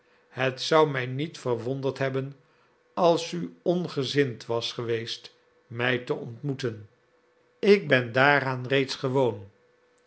het zou mij niet verwonderd hebben als u ongezind was geweest mij te ontmoeten ik ben daaraan reeds gewoon